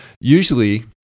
usually